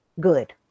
good